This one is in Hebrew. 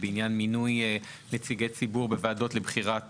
בעניין מינוי נציגי ציבור בוועדות לבחירת